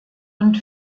und